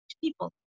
people